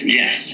yes